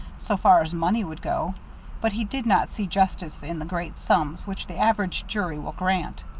so far as money would go but he did not see justice in the great sums which the average jury will grant.